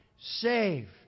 save